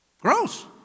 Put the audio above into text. Gross